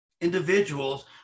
individuals